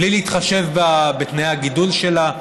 בלי להתחשב בתנאי הגידול שלה,